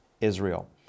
Israel